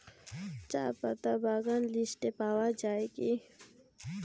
চাপাতা বাগান লিস্টে পাওয়া যায় কি?